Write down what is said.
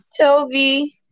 Toby